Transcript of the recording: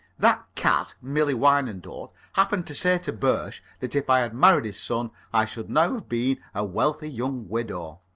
that cat, millie wyandotte, happened to say to birsch that if i had married his son i should now have been a wealthy young widow.